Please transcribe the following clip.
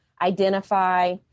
identify